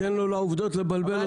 אל תיתן לעובדות לבלבל אותו.